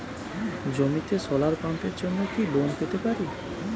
জমিতে সোলার পাম্পের জন্য কি লোন পেতে পারি?